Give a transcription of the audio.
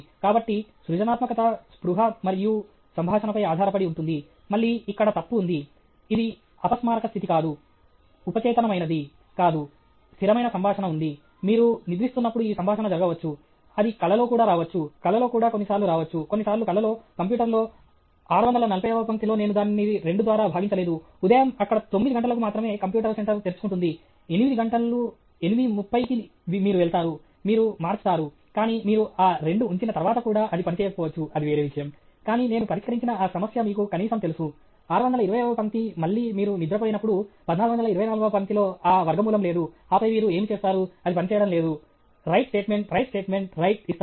కాబట్టి సృజనాత్మకత స్పృహ మరియు సంభాషణపై ఆధారపడి ఉంటుంది మళ్ళీ ఇక్కడ తప్పు ఉంది ఇది అపస్మారక స్థితి కాదు ఉపచేతనమైనది కాదు స్థిరమైన సంభాషణ ఉంది మీరు నిద్రిస్తున్నప్పుడు ఈ సంభాషణ జరగవచ్చు అది కలలో కూడా రావచ్చు కలలో కూడా కొన్నిసార్లు రావచ్చు కొన్నిసార్లు కలలో కంప్యూటర్లో 640 వ పంక్తిలో నేను దానిని 2 ద్వారా భాగించలేదు ఉదయం అక్కడ తొమ్మిది 'గంటలకు మాత్రమే కంప్యూటర్ సెంటర్ తెరుచుకుంటుంది ఎనిమిది 'గంటలు ఎనిమిది ముప్పై కి మీరు వెళ్తారు మీరు మార్చుతారు కానీ మీరు ఆ 2 ఉంచిన తర్వాత కూడా అది పనిచేయకపోవచ్చు అది వేరే విషయం కానీ నేను పరిష్కరించిన ఆ సమస్య మీకు కనీసం తెలుసు 620 వ పంక్తి మళ్ళీ మీరు నిద్రపోయినప్పుడు 1424 వ పంక్తి లో ఆ వర్గమూలం లేదు ఆపై మీరు ఏమి చేస్తారు అది పనిచేయడం లేదు write statement write statement write ఇస్తారు